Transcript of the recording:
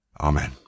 Amen